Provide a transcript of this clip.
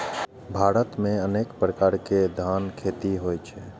भारत मे अनेक प्रकार के धानक खेती होइ छै